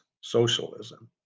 socialism